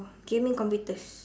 gaming computers